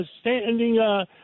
standing